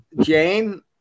Jane